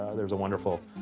there's a wonderful,